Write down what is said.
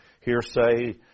hearsay